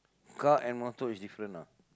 car and motor is different lah